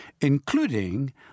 including